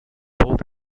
both